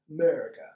America